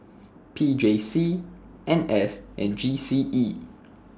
P J C N S and G C E